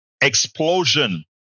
explosion